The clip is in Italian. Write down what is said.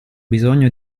bisogno